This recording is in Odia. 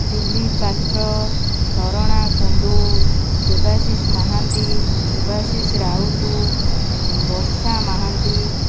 ଦିଲୀପ ପାତ୍ର ଝରଣା କୁଣ୍ଡୁ ଦେବାଶିଷ ମହାନ୍ତି ଶୁଭାଶିଷ ରାଉତ ବର୍ଷା ମହାନ୍ତି